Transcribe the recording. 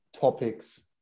topics